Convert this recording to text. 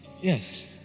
yes